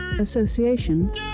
association